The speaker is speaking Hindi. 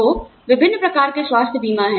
तो विभिन्न प्रकार के स्वास्थ्य बीमा हैं